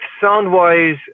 sound-wise